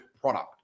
product